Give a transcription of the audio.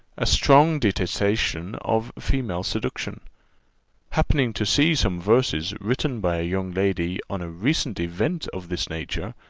a strong detestation of female seduction happening to see some verses, written by a young lady, on a recent event of this nature,